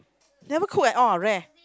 never cook at all rare